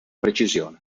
precisione